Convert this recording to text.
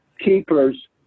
keepers